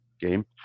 game